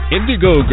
Indigo